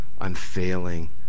unfailing